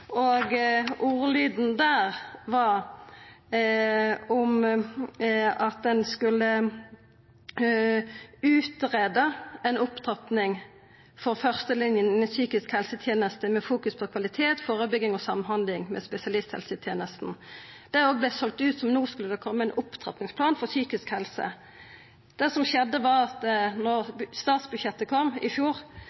fleirtal. Ordlyden der var at ein skulle «utrede en opptrapping for førstelinjen innen psykiske helsetjenester med fokus på kvalitet, forebygging og samhandling med spesialisthelsetjenesten». Det òg vart selt ut som at no skulle det koma ei opptrapping for psykisk helse. Det som skjedde, var at